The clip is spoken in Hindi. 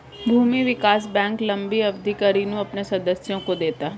भूमि विकास बैंक लम्बी अवधि का ऋण अपने सदस्यों को देता है